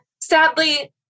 sadly